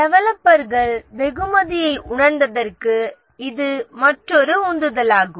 டெவலப்பர்கள் வெகுமதியை உணர்ந்ததற்கு இது மற்றொரு உந்துதலாகும்